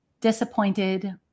disappointed